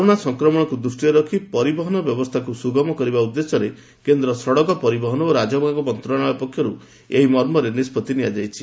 corona ସଂକ୍ରମଣକୁ ଦୃଷ୍ଟିରେ ରଖି ପରିବହନ ବ୍ୟବସ୍ଥାକୁ ସୁଗମ କରିବା ଉଦ୍ଦେଶ୍ୟରେ କେନ୍ଦ୍ର ସଡ଼କ ପରିବହନ ଓ ରାଜ୍ଚମାର୍ଗ ମନ୍ତ୍ରଣାଳୟ ପକ୍ଷରୁ ଏହି ମର୍ମରେ ନିଷ୍ପଭି ନିଆଯାଇଛି